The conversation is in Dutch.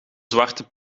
zwarte